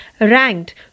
ranked